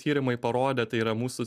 tyrimai parodė tai yra mūsų